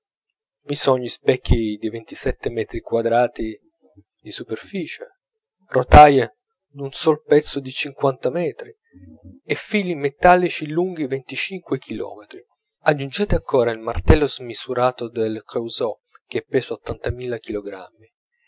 gli specchi di ventisette metri quadrati di superficie rotaie d'un sol pezzo di cinquanta metri e fili metallici lunghi venticinque chilometri aggiungete ancora il martello smisurato del creusot che pesa ottantamila chilogrammi